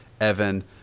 Evan